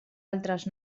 altres